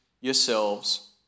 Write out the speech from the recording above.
yourselves